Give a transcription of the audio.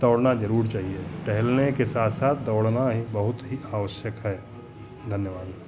दौड़ना ज़रूर चाहिए टहलने के साथ साथ दौड़ना ही बहुत ही आवश्यक है धन्यवाद